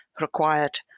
required